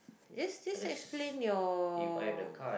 just this explain your